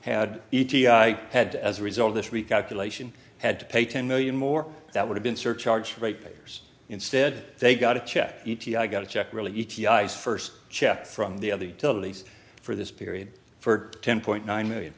had i had as a result this recalculation had to pay ten million more that would have been surcharge rate payers instead they got a check i got a check really first check from the other utilities for this period for ten point nine million